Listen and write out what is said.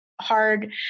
hard